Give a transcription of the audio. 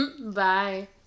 Bye